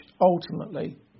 ultimately